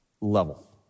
level